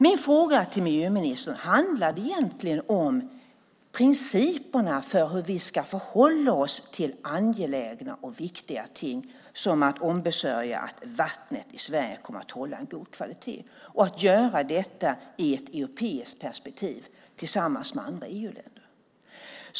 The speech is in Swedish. Min fråga till miljöministern handlade egentligen om principerna för hur vi ska förhålla oss till angelägna och viktiga ting som att i ett europeiskt perspektiv och tillsammans med andra EU-länder ombesörja att vattnet i Sverige kommer att hålla en god kvalitet.